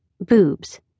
Boobs